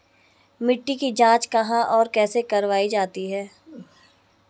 मिट्टी की जाँच कहाँ और कैसे करवायी जाती है?